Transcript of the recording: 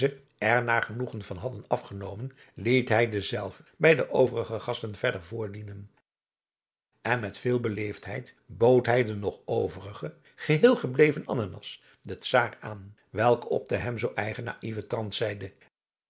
naar genoegen van hadden afgenomen liet hij denzelven bij de overige gasten verder voordienen en met veel beleefdheid bood hij de nog overige geheel gebleven ananas den czaar aan welke op den hem zoo eigen naïven trant zeide